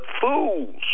fools